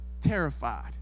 terrified